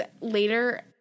later